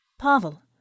Pavel